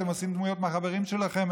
אתם עושים דמויות מהחברים שלכם,